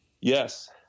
Yes